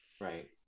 right